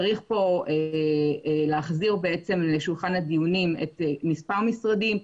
צריך להחזיר לשולחן הדיונים מספר משרדים,